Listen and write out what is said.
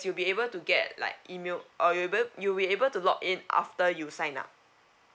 you'll be able to get like email uh you able you will able to log in after you sign up